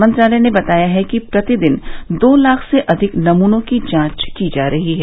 मंत्रालय ने बताया है कि प्रति दिन दो लाख से अधिक नमूनों की जांच की जा रही है